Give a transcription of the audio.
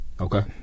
Okay